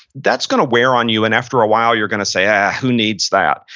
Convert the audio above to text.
that's going to wear on you and after a while, you're going to say, ah, who needs that?